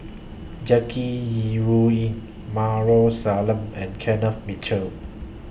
Jackie Yi Ru Ying Maarof Salleh and Kenneth Mitchell